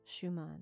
Schumann